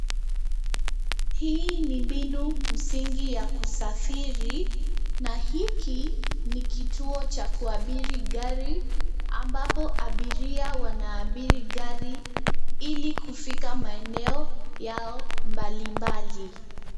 Hii ni mbinu msingi ya kusafiri, na hiki ni kituo cha kuabiri gari ambapo abiria wanaabiri gari ili kufika maeneo yao mbali mbali.